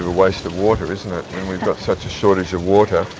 waste of water, isn't it, when we've got such a shortage of water